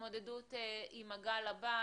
בהתמודדות עם הגל הבא.